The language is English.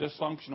dysfunctional